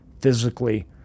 physically